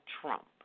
Trump